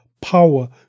power